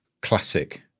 classic